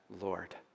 Lord